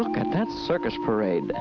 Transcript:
look at that circus parade